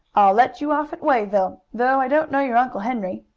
let you off at wayville, though i don't know your uncle henry.